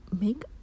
make